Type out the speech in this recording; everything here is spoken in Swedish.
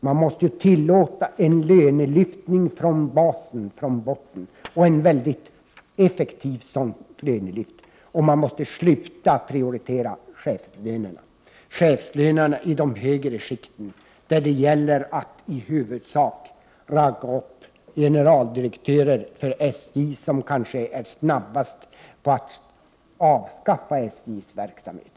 Man måste tillåta att lönerna lyfts från basen, dvs. från botten, på ett effektivt sätt. Man måste sluta prioritera chefslönerna i de högre skikten där det gäller att i huvudsak ragga upp generaldirektörer för t.ex. SJ, som kanske är snabbast på att avskaffa SJ:s verksamhet.